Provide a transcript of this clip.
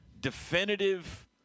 definitive